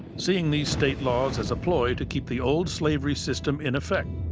seeing these state laws as a ploy to keep the old slavery system in effect.